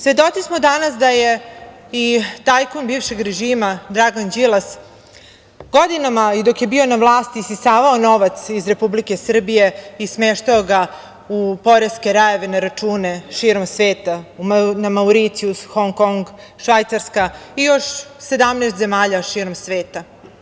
Svedoci smo danas da je i tajkun bivšeg režima, Dragan Đilas godinama i dok je bio na vlasti isisavao novac iz Republike Srbije i smeštao ga u poreske rajeve, na račune širom sveta, na Mauricijus, Hong Kong, Švajcarska, i još 17 zemalja širom sveta.